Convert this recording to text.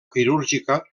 quirúrgica